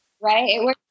Right